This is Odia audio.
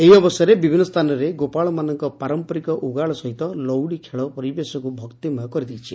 ଏହି ଅବସରରେ ବିଭିନ୍ନ ସ୍ଥାନରେ ଗୋପାଳମାନଙ୍କ ପାରମ୍ପାରିକ ଉଗାଳ ସହିତ ଲଉଡ଼ି ଖେଳ ପରିବେଶକୁ ଭକ୍ତିମୟ କରିଦେଇଛି